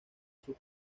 sus